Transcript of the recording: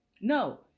No